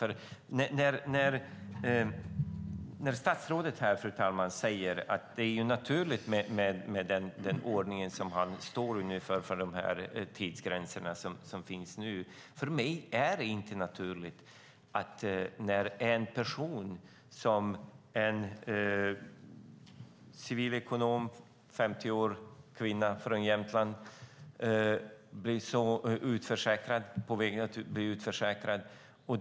Fru talman! Statsrådet säger att det är naturligt med den ordning och de tidsgränser som han står för. Men för mig är det inte naturligt. En 50-årig civilekonom från Jämtland som opererat ryggen två gånger är på väg att bli utförsäkrad.